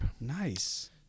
Nice